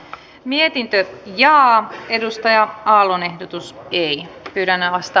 mietintö linjaa on edustaja aallon ehdotus pi yhden alasta